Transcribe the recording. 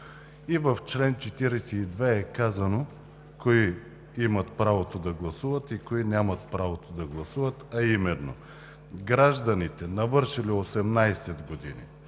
В чл. 42 е казано кои имат правото да гласуват и кои нямат правото да гласувате, а именно: „Гражданите, навършили 18 години,